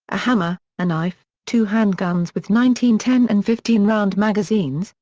a hammer, a knife, two handguns with nineteen ten and fifteen round magazines,